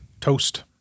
toast